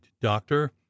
doctor